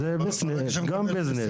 אז זה גם ביזנס.